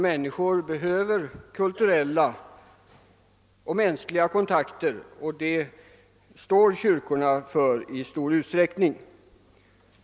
Invandrarna behöver «kulturella och mänskliga kontakter, och dem står kyrkorna för i stor utsträckning.